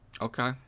Okay